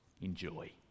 enjoy